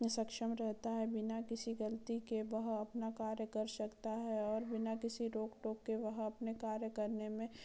में सक्षम रहता है बिना किसी गलती के वह अपना कार्य कर सकता है और बिना किसी रोक टोक के वह अपने कार्य करने में